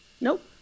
Nope